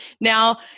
Now